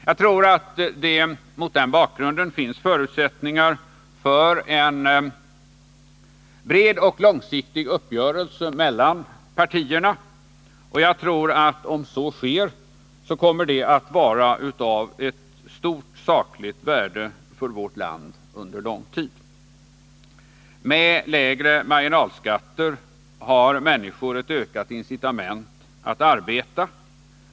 Jag tror att det mot den bakgrunden finns förutsättningar för en bred och långsiktig uppgörelse mellan partierna. Och jag tror att om så sker kommer det att vara av stort sakligt värde för vårt land under en lång tid. Med lägre marginalskatter får människor ett ökat incitament att arbeta.